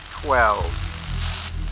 Twelve